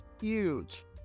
huge